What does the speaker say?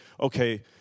okay